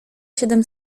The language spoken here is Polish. siedem